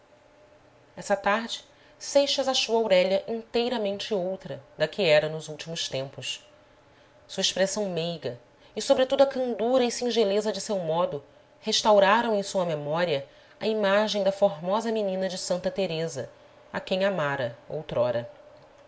essa tarde seixas achou aurélia inteiramente outra da que era nos últimos tempos sua expressão meiga e sobretudo a candura e singeleza de seu modo restauraram em sua memória a imagem da formosa menina de santa teresa a quem amara outrora